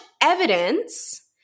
evidence